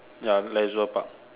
ya Leisure Park